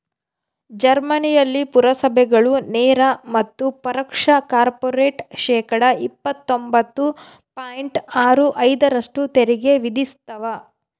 ಜರ್ಮನಿಯಲ್ಲಿ ಪುರಸಭೆಗಳು ನೇರ ಮತ್ತು ಪರೋಕ್ಷ ಕಾರ್ಪೊರೇಟ್ ಶೇಕಡಾ ಇಪ್ಪತ್ತೊಂಬತ್ತು ಪಾಯಿಂಟ್ ಆರು ಐದರಷ್ಟು ತೆರಿಗೆ ವಿಧಿಸ್ತವ